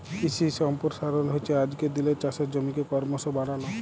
কিশি সম্পরসারল হচ্যে আজকের দিলের চাষের জমিকে করমশ বাড়াল